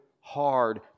hard